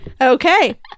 Okay